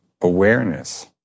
awareness